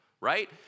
right